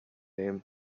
him